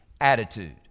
attitude